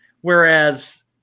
Whereas